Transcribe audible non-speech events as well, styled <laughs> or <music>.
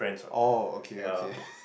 oh okay okay <laughs>